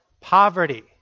poverty